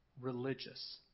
religious